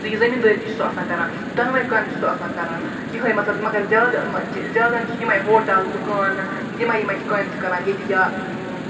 تہٕ یہِ زمیٖن دٲری تہِ چھُ سُہ آسان کَران دۄنوے کامہِ چھُ سُہ آسان کَران یِہے مَطلَب مَگَر زیادٕ چھ زیادَن چھِ یِمے ہوٹَل دُکان یِمے یِمے چھِ کامہ چھِ کَران ییٚتِکۍ یِم یا